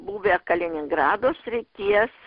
buvę kaliningrado srities